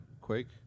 Quake